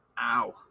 ow